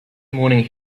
morning